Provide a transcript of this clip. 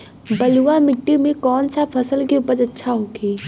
बलुआ मिट्टी में कौन सा फसल के उपज अच्छा होखी?